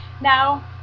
now